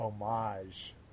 homage